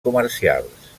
comercials